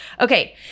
okay